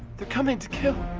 they're coming to kill.